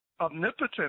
omnipotent